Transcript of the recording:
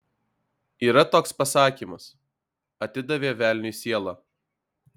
yra toks pasakymas atidavė velniui sielą